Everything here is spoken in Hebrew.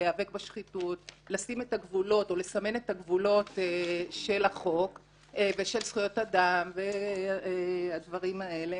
של מאבק בשחיתות ושל סימון גבולות החוק וזכויות אדם והדברים האלה,